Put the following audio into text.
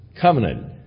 covenant